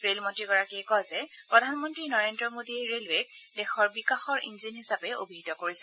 rail মন্ত্ৰীগৰাকীয়ে কয় যে প্ৰধানমন্ত্ৰী নৰেন্দ্ৰ মোদীয়ে ৰেলৱেক দেশৰ বিকাশৰ ইঞ্জিন হিচাপে অভিহিত কৰিছে